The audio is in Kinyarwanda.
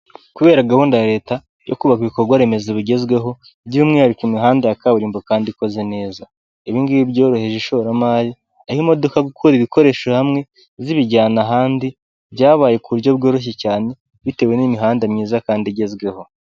Kubera gahunda ya leta yo kubaka ibikorwa remezo bigezweho, by'umwihariko imihanda ya kaburimbo kandi ikoze neza, ibi ngibi byorohereje ishoramari, aho imodoka gukura ibikoresho hamwe zibijyana ahandi byabaye ku buryo bworoshye cyane bitewe n'imihanda myiza kandi igezweho.